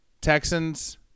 Texans